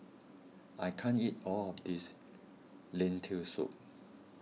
I can't eat all of this Lentil Soup